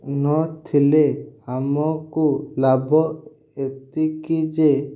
ନଥିଲେ ଆମକୁ ଲାଭ ଏତିକି ଯେ